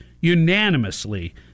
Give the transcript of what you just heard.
unanimously